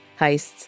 heists